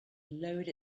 lowered